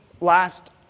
last